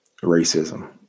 racism